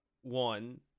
one